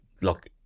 Look